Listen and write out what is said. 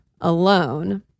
alone